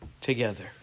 together